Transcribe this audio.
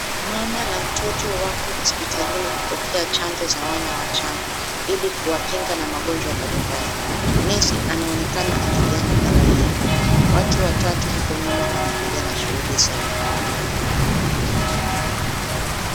Mama na mtoto wako hospitalini kupokea chanjo za wana wachanga ili kuwakinga na magonjwa mbalimbali. Nesi anaonekana akipeana dawa hii. Watu watatu huko nyuma wanaendeleaa na shughuli zao.